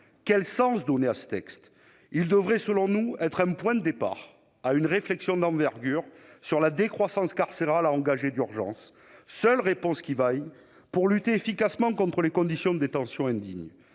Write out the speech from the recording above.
Quel sens donner à ce texte ? Il devrait, selon nous, être un point de départ à une réflexion d'envergure sur la décroissance carcérale à engager d'urgence, seule réponse qui vaille pour lutter efficacement contre les conditions de détention indignes